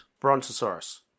Brontosaurus